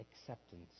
acceptance